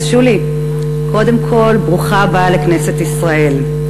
שולי, קודם כול ברוכה הבאה לכנסת ישראל.